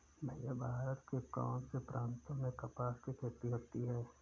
भैया भारत के कौन से प्रांतों में कपास की खेती होती है?